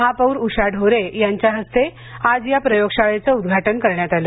महापौर उषा ढोरे यांच्या हस्ते आज या प्रयोगशाळेचं उद्घाटन करण्यात आलं